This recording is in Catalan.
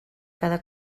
cada